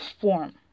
form